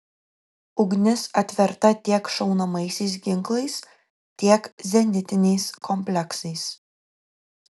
ugnis atverta tiek šaunamaisiais ginklais tiek zenitiniais kompleksais